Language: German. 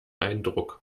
eindruck